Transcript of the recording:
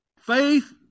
Faith